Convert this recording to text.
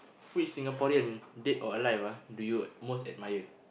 which Singaporean dead or alive ah do you most admire